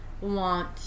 want